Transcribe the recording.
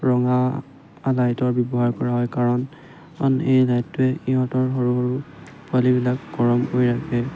ৰঙা লাইটৰ ব্যৱহাৰ কৰা হয় কাৰণ এই লাইটোৱে ইহঁতৰ সৰু সৰু পোৱালিবিলাক গৰম কৰি ৰাখে